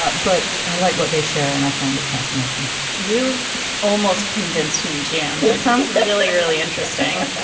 ah but i like what they share and i find it fascinating you've almost convinced me, jan. it sounds really, really interesting,